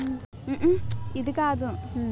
నా అకౌంట్ కు ఆధార్, పాన్ వివరాలు లంకె ఎలా చేయాలి?